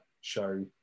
show